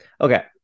Okay